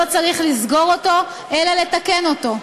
לא צריך לסגור אותו אלא לתקן אותו.